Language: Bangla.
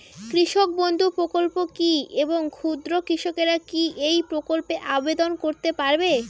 কৃষক বন্ধু প্রকল্প কী এবং ক্ষুদ্র কৃষকেরা কী এই প্রকল্পে আবেদন করতে পারবে?